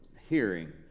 hearing